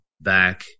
back